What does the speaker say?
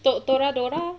toradora